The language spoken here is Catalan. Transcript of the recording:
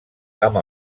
amb